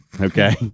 Okay